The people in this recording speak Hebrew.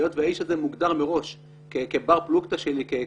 היות והאיש הזה מוגדר מראש כבר פלוגתה שלי,